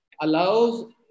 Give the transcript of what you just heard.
allows